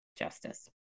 justice